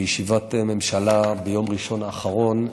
בישיבת הממשלה ביום ראשון האחרון,